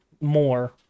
more